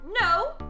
No